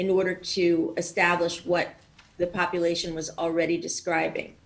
כדי לבסס את מה שהאוכלוסייה כבר תיארה בעצמה.